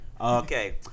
Okay